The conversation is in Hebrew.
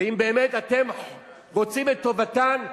ואם באמת אתם רוצים בטובתן,